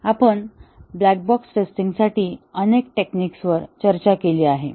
आपण black box testing साठी अनेक टेक्निक्स वर चर्चा केली आहे